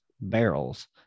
barrels